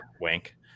wink